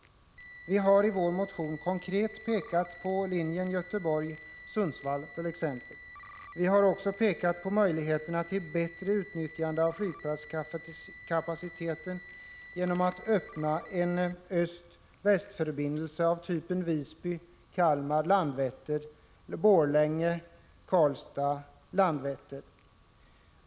Vi har i vår motion konkret pekat på linjen Göteborg-Sundsvall. Vi har också pekat på möjligheterna till bättre utnyttjande av flygplatskapaciteten genom att öppna en öst-väst-förbindelse av typen Visby-Kalmar-Landvetter eller Borlänge-Karlstad-Landvetter.